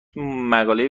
مقاله